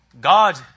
God